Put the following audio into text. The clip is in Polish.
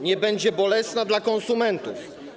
Nie będzie bolesna dla konsumentów.